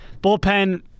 bullpen